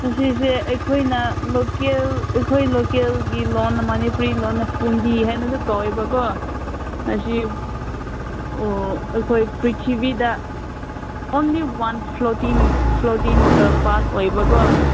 ꯉꯁꯤꯁꯦ ꯑꯩꯈꯣꯏꯅ ꯂꯣꯀꯦꯜ ꯑꯩꯈꯣꯏ ꯂꯣꯀꯦꯜꯒꯤ ꯂꯣꯟꯅ ꯃꯅꯤꯄꯨꯔꯤ ꯂꯣꯟꯅ ꯐꯨꯝꯗꯤ ꯍꯥꯏꯅꯁꯨ ꯀꯧꯏꯕꯀꯣ ꯑꯁꯤ ꯑꯣ ꯑꯩꯈꯣꯏ ꯄ꯭ꯔꯤꯊꯤꯕꯤꯗ ꯑꯣꯟꯂꯤ ꯋꯥꯟ ꯐ꯭ꯂꯣꯇꯤꯡ ꯐ꯭ꯂꯣꯇꯤꯡ ꯄꯥꯠ ꯑꯣꯏꯕꯀꯣ